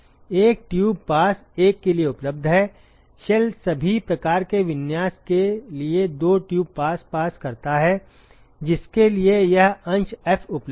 एक tube pass एक के लिए उपलब्ध है शेल सभी प्रकार के विन्यास के लिए दो ट्यूब पास पास करता है जिसके लिए यह अंश F उपलब्ध है